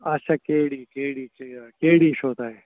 اچھا K D K D K K D چھو تۄہہِ